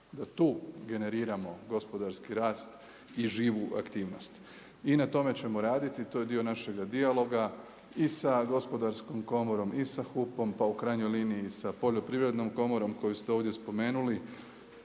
Tu generiramo gospodarski rast i živu aktivnost i na tome ćemo raditi. To je dio našega dijaloga i sa Gospodarskom komorom i sa HUP-om pa u krajnjoj liniji i sa Poljoprivrednom komorom koju ste ovdje spomenuli.